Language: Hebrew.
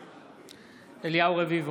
בעד אליהו רביבו,